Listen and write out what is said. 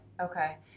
Okay